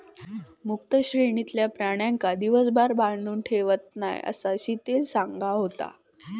मुक्त श्रेणीतलय प्राण्यांका दिवसभर बांधून ठेवत नाय, असा शीतल सांगा होता